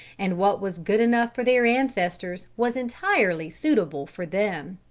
and what was good enough for their ancestors was entirely suitable for them.